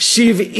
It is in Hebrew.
70,